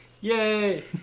Yay